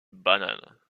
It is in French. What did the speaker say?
bananes